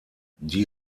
die